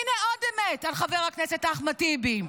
הינה עוד אמת על חבר הכנסת אחמד טיבי.